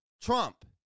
Trump